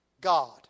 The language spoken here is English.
God